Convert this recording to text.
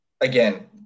again